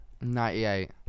Ninety-eight